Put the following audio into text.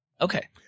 Okay